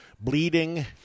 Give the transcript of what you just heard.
Bleeding